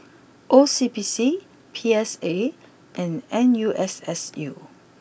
O C B C P S A and N U S S U